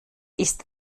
ist